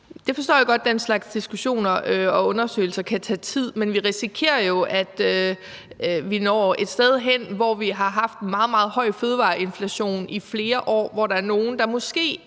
Jeg forstår godt, at den slags diskussioner og undersøgelser kan tage tid. Men vi risikerer jo, at vi når et sted hen, hvor vi har haft en meget, meget høj fødevareinflation i flere år, hvor der er nogle, der måske